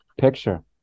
picture